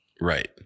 right